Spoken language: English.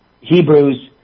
Hebrews